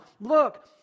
look